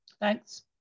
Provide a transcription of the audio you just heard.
Thanks